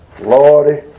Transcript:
Lordy